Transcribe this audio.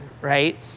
right